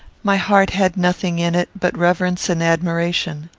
my heart had nothing in it but reverence and admiration.